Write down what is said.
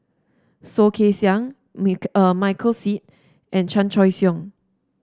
Soh Kay Siang Mic Michael Seet and Chan Choy Siong